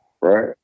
Right